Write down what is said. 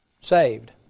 saved